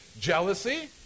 jealousy